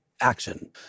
action